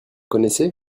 connaissez